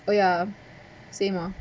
ya same lor